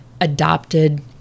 adopted –